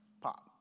Pop